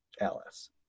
Alice